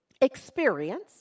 experience